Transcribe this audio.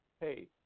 hey